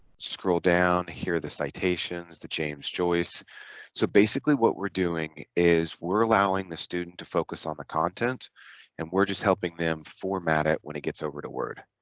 scroll down here the citations the james joyce so basically what we're doing is we're allowing the student to focus on the content and we're just helping them format it when it gets over to word